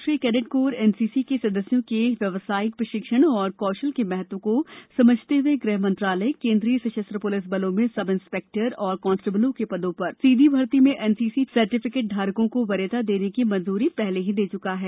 राष्ट्रीय cadet corps NCC के सदस्यों के व्यावसायिक प्रशिक्षण और कौशल के महत्व को समझते हुए गृह मंत्रालय केंद्रीय सशस्त्र पुलिस बलों में सब इंस्पेक्टर और कांस्टेबलों के पदों पर सीधी भर्ती में एनसीसी सर्टिफिकेट धारकों को वरीयता देने की मंजूरी पहले ही दे चुका है